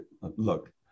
look